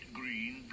green